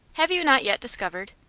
have you not yet discovered?